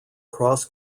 cross